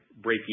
breakeven